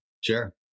Sure